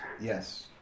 Yes